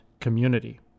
community